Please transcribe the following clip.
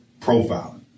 profiling